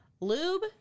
lube